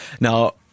Now